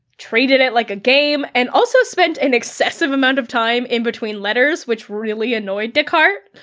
treated it like a game, and also spent an excessive amount of time in between letters, which really annoyed descartes.